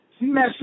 mess